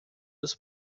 dos